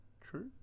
True